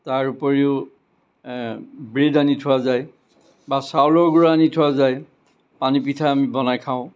তাৰ উপৰিও ব্ৰেড আনি থোৱা যায় বা চাউলৰ গুৰা আনি থোৱা যায় পানীপিঠা আমি বনাই খাওঁ